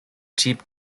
jeep